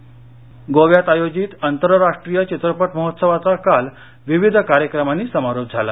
चित्रपट महोत्सव गोव्यात आयोजित आंतराराष्ट्रीय चित्रपट महोत्सवाचा काल विविध कार्यक्रमांनी समारोप झाला